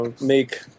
make